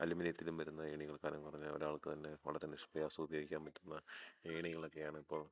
അലൂമിനിയത്തിലും വരുന്ന എണികൾ കനം കുറഞ്ഞ ഒരാൾക്ക് തന്നെ വളരെ നിഷ്പ്രയാസം ഉപയോഗിക്കാൻ പറ്റുന്ന ഏണികളൊക്കെയാണ് ഇപ്പോൾ